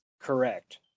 Correct